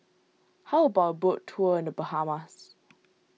how about boat tour in the Bahamas